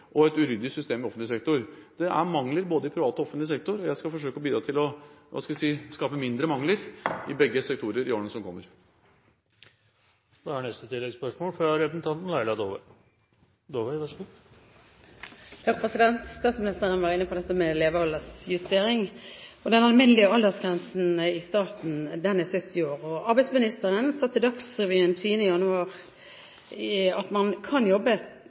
og et uryddig system i offentlig sektor. Det er mangler både i privat og i offentlig sektor, og jeg skal forsøke å bidra til – hva skal vi si – å skape mindre mangler i begge sektorer i årene som kommer. Laila Dåvøy – til siste oppfølgingsspørsmål. Statsministeren var inne på dette med levealdersjustering. Den alminnelige aldersgrensen i staten er 70 år. Arbeidsministeren sa til Dagsrevyen 10. januar at man kan jobbe